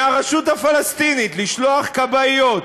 מהרשות הפלסטינית לשלוח כבאיות,